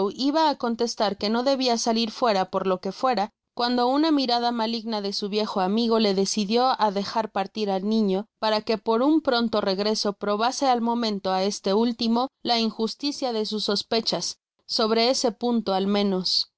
iba á contestar que no debia salir fuera por lo que fuera cuando una mirada maligna de su viejo amigo le decidió á dejar partir al niño para que por un pronto regreso probase al momento á este último la injusticia de sus sospechas sobre ese punto al menos